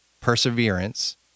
perseverance